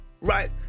Right